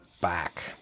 back